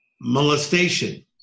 molestation